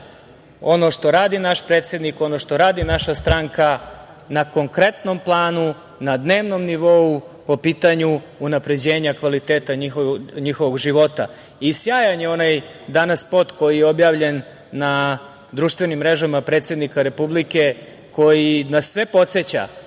ono što radi naš predsednik, ono što radi naša stranka na konkretnom planu, na dnevnom nivou po pitanju unapređenja kvaliteta njihovog života. Sjajan je onaj danas spot koji je objavljen na društvenim mrežama predsednika Republike, koji nas sve podseća